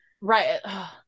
right